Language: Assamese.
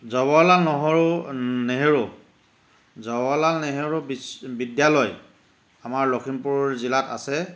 জৱাহৰলাল নহৰু নেহৰু জৱাহৰলাল নেহৰু বিদ্যালয় আমাৰ লখিমপুৰ জিলাত আছে